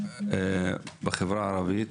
בחברה הערבית,